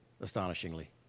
astonishingly